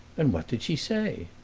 and what did she say?